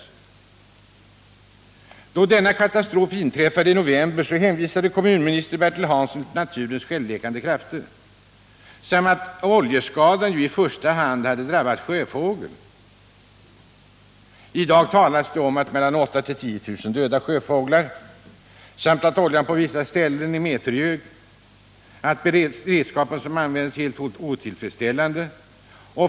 Då denna katastrof inträffade, hänvisade kommunminister Bertil Hansson till naturens självläkande krafter samt att oljeskadorna i första hand hade drabbat sjöfågel. I dag talas det om 8 000 å 10 000 dödade sjöfåglar, att oljan på vissa ställen vid kusten är meterhög och att redskapen som användes är helt otillfredsställande.